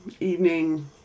evening